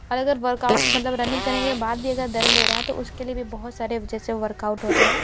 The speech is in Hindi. और अगर वर्कआउट मतलब रनिंग करने के बाद भी अगर दर्द दे रहा है तो उसके लिए भी बहुत सारे जैसे वर्कआउट होते हैं